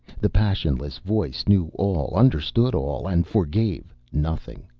the passionless voice knew all, understood all, and forgave nothing.